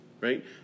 right